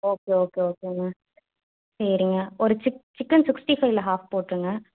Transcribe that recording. okay okay ஓகேங்க சரிங்க ஒரு சிக் சிக்கன் சிக்டி ஃபைவ்யில் ஆஃப் போட்டிருங்க